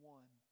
one